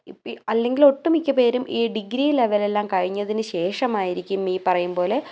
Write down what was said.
ഇപ്പം അല്ലെങ്കിൽ ഒട്ട് മിക്ക പേരും ഈ ഡിഗ്രി ലെവലെല്ലാം കഴിഞ്ഞതിന് ശേഷമായിരിക്കും ഈ പറയും പോലെ